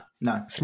no